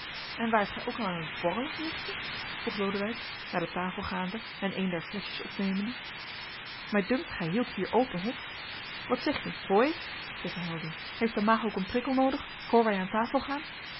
en waart gij ook al aan t borrelen nichtje vroeg lodewijk naar de tafel gaande en een der fleschjes opnemende mij dunkt gij hieldt hier open hof wat zeg je poëet tegen helding heeft de maag ook een prikkel noodig voor wij aan tafel gaan